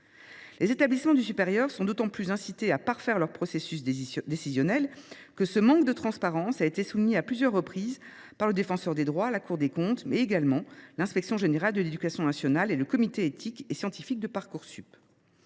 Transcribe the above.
Les établissements d’enseignement supérieur sont d’autant plus incités à parfaire leur processus décisionnel que ce manque de transparence a été souligné à plusieurs reprises par le Défenseur des droits et la Cour des comptes, mais également par l’inspection générale de l’éducation nationale et le comité éthique et scientifique de Parcoursup.